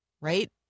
right